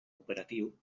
operatiu